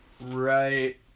Right